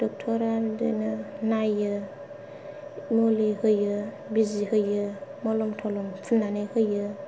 दक्टरा बिदिनो नायो मुलि होयो बिजि होयो मलम थलम फुन्नानै होयो